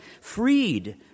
freed